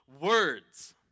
words